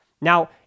Now